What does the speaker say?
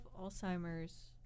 alzheimer's